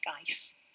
ice